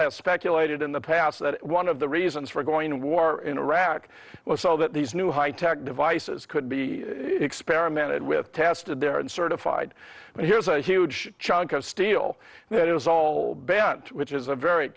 has speculated in the past that one of the reasons for going to war in iraq was so that these new high tech devices could be experimented with tested there and certified and here's a huge chunk of steel that was all bent which is a very